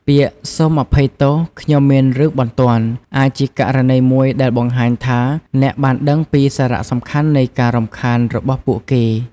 ពាក្យ "សូមអភ័យទោស ខ្ញុំមានរឿងបន្ទាន់" អាចជាករណីមួយដែលបង្ហាញថាអ្នក បានដឹងពីសារៈសំខាន់នៃការរំខាន របស់ពួកគេ។